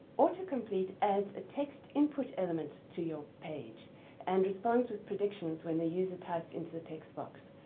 autocompete adds a text input element to your page and responds with predictions when the user types into the text box.